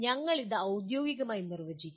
ഞങ്ങൾ അത് ഔദ്യോഗികമായി നിർവചിക്കും